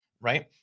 right